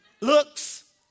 looks